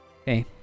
Okay